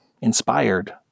inspired